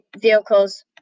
vehicles